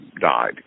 died